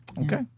Okay